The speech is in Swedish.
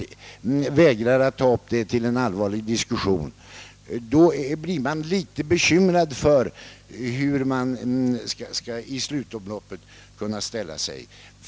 Man måste därför bli bekymrad över vilken ståndpunkt som skall intas vid det slutliga ställningstagandet. Herr talman!